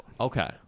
Okay